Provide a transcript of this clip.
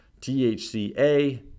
THCA